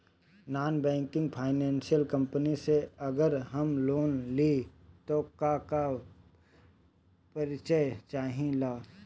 Non banking financial company से अगर हम लोन लि त का का परिचय चाहे ला?